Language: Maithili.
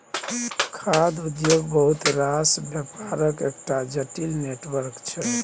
खाद्य उद्योग बहुत रास बेपारक एकटा जटिल नेटवर्क छै